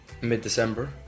mid-December